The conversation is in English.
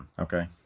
Okay